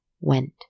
went